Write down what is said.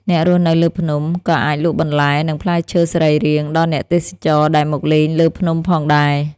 អ្នករស់នៅលើភ្នំ ក៏អាចលក់បន្លែ និងផ្លែឈើសរីរាង្គដល់អ្នកទេសចរណ៍ដែលមកលេងលើភ្នំផងដែរ។